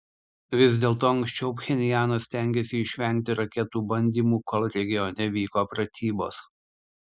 vis dėlto anksčiau pchenjanas stengėsi išvengti raketų bandymų kol regione vyko pratybos